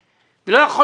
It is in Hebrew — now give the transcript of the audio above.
אם לא אמרתי.